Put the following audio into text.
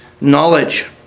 knowledge